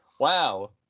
Wow